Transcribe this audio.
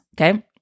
Okay